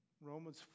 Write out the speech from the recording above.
Romans